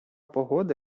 погода